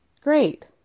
Great